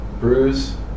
Bruise